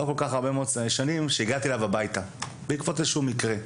לא כל כך הרבה מאוד שנים שהגעתי אליו הביתה בעקבות איזשהו מקרה.